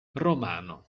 romano